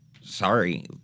sorry